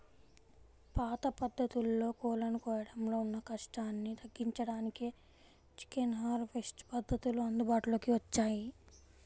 పాత పద్ధతుల్లో కోళ్ళను కోయడంలో ఉన్న కష్టాన్ని తగ్గించడానికే చికెన్ హార్వెస్ట్ పద్ధతులు అందుబాటులోకి వచ్చాయి